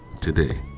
today